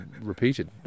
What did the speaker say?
repeated